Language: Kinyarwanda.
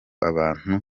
abantu